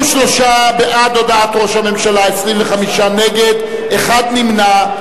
43 בעד הודעת ראש הממשלה, 25 נגד, אחד נמנע.